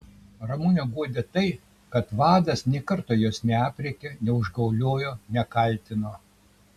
ramunę guodė tai kad vadas nė karto jos neaprėkė neužgauliojo nekaltino